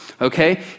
okay